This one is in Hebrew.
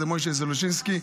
משה זלושינסקי.